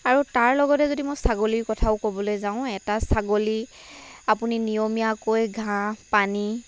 আৰু তাৰ লগতে যদি মই ছাগলীৰ কথাও ক'বলৈ যাওঁ এটা ছাগলী আপুনি নিয়মীয়াকৈ ঘাঁহ পানী